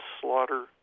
slaughter